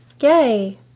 Yay